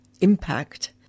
impact